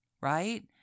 right